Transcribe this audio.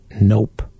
Nope